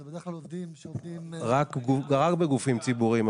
זה בדרך כלל עובדים שהם עובדים --- רק בגופים ציבוריים.